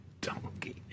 donkey